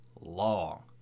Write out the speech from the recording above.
long